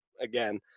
again